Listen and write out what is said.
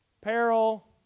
peril